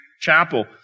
Chapel